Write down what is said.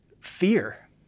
fear